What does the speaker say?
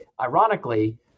Ironically